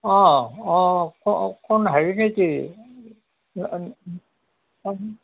অঁ অঁ কোন হেৰি নেকি